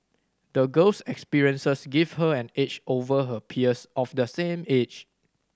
the girl's experiences gave her an edge over her peers of the same age